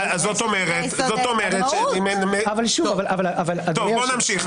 בואו נמשיך.